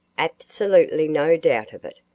absolutely no doubt of it.